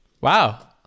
Wow